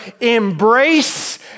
embrace